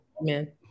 Amen